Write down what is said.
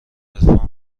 عرفان